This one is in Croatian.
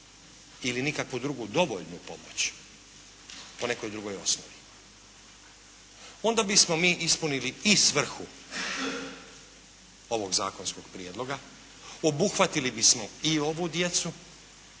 ili nikakvu drugu dovoljnu pomoć po nekoj drugoj osnovi. Onda bismo mi ispunili i svrhu ovog zakonskog prijedloga, obuhvatili bismo i ovu djecu